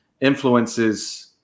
influences